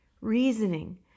reasoning